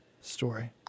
story